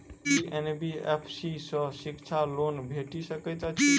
की NBFC सँ शिक्षा loan भेटि सकैत अछि?